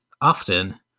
often